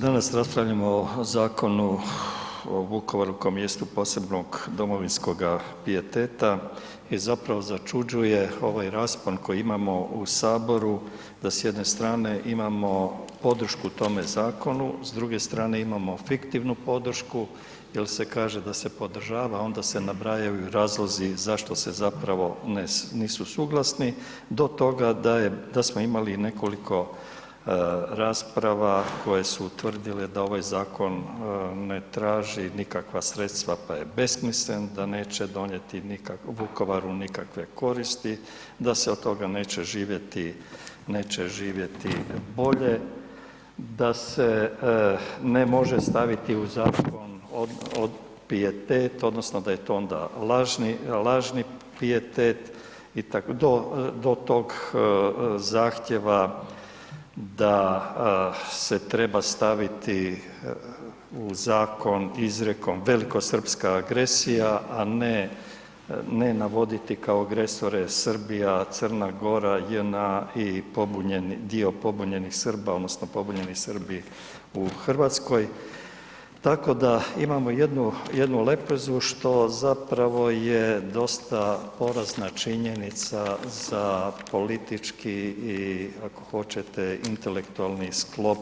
Danas raspravljamo o Zakonu o Vukovaru kao mjestu posebnog domovinskoga pijeteta i zapravo začuđuje ovaj raspon koji imamo u Saboru da s jedne strane imamo podršku tome zakonu, s druge strane imamo fiktivnu podršku jel se kaže da se podržava onda se nabrajaju i razlozi zašto nisu suglasni do toga da smo imali nekoliko rasprava koje su tvrdile da ovaj zakon ne traži nikakva sredstva pa je besmislen, da neće donijeti Vukovaru nikakve koristi, da se od toga neće živjeti bolje, da se ne može staviti u zakon pijetet odnosno da je to lažni pijetet do tog zahtijeva da se treba staviti u zakon izrijekom velikosrpska agresija, a ne navoditi agresore Srbija, Crna Gora, JNA i pobunjeni Srbi u Hrvatskoj, tako da imamo jednu lepezu što zapravo je dosta porazna činjenica za politički, i ako hoćete, intelektualni sklop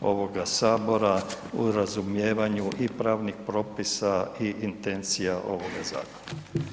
ovoga Sabora u razumijevanju i pravnih propisa i intencija ovoga zakona.